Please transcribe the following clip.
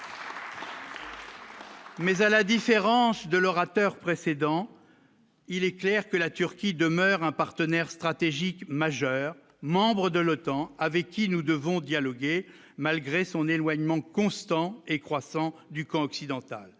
Mais à la différence de l'orateur précédent, il est clair que la Turquie demeure un partenaire stratégique majeur, membre de l'Otan, avec qui nous devons dialoguer malgré son éloignement constant et croissant du camp occidental